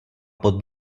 pod